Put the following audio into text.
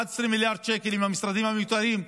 11 מיליארד שקל עם המשרדים המיותרים.